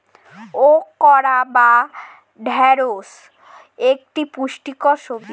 okra বা ঢ্যাঁড়স একটি পুষ্টিকর সবজি